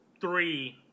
three